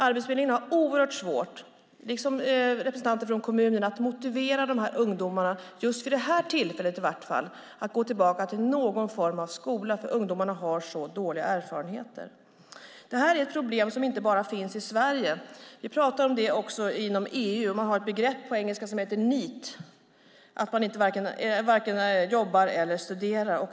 Arbetsförmedlingen har oerhört svårt, liksom representanter från kommunen, att motivera ungdomarna, just vid det tillfället, att gå tillbaka till någon form av skola. Ungdomarna har så dåliga erfarenheter. Det här är problem som inte bara finns i Sverige. Vi pratar om detta även inom EU. Det finns ett begrepp på engelska, NEET - Not in Education, Employment or Training - som innebär att de varken jobbar eller studerar.